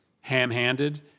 ham-handed